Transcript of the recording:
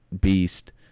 beast